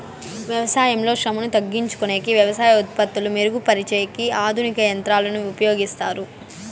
వ్యవసాయంలో శ్రమను తగ్గించుకొనేకి వ్యవసాయ ఉత్పత్తులు మెరుగు పరిచేకి ఆధునిక యంత్రాలను ఉపయోగిస్తారు